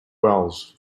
wells